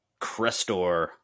Crestor